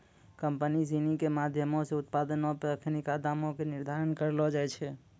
company सिनी के माधयमो से उत्पादो पे अखिनका दामो के निर्धारण करलो जाय छै